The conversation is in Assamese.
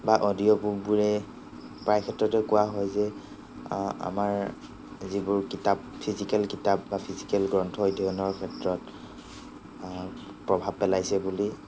বা অডিঅ'বুকবোৰে প্ৰায় ক্ষেত্ৰতে কোৱা হয় যে আমাৰ যিবোৰ কিতাপ ফিজিকেল কিতাপ বা ফিজিকেল গ্ৰন্থ অধ্য়য়নৰ ক্ষেত্ৰত প্ৰভাৱ পেলাইছে বুলি